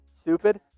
stupid